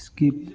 skip